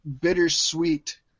bittersweet